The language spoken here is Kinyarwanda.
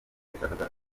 yashakaga